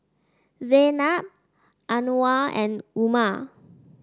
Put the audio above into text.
Zaynab Anuar and Umar